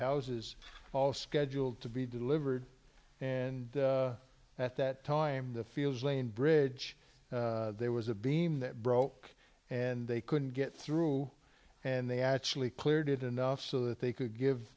houses all scheduled to be delivered and at that time the fields lane bridge there was a beam that broke and they couldn't get through and they actually cleared it enough so that they could give